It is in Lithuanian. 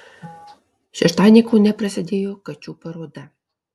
šeštadienį kaune prasidėjo kačių paroda